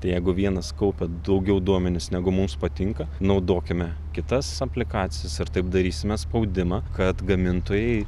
tai jeigu vienas kaupia daugiau duomenis negu mums patinka naudokime kitas aplikacijas ir taip darysime spaudimą kad gamintojai